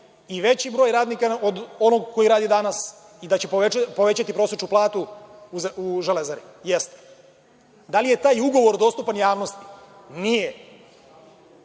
i veći broj radnika od onog ko radi danas i da će povećati prosečnu platu u „Železari“? Jeste. Da li taj ugovor dostupan javnosti? Nije.